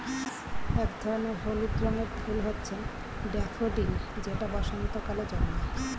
এক ধরনের হলুদ রঙের ফুল হচ্ছে ড্যাফোডিল যেটা বসন্তকালে জন্মায়